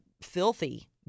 filthy